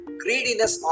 greediness